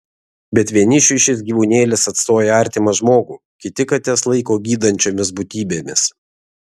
bet vienišiui šis gyvūnėlis atstoja artimą žmogų kiti kates laiko gydančiomis būtybėmis